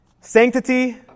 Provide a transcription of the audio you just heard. sanctity